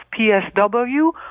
PSW